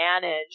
manage